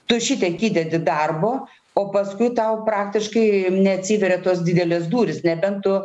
tu šitiek įdedi darbo o paskui tau praktiškai neatsiveria tos didelės durys nebent tu